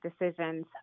decisions